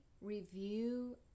review